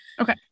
Okay